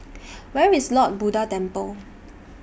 Where IS Lord Buddha Temple